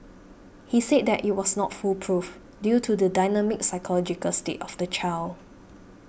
he said that it was not foolproof due to the dynamic psychological state of the child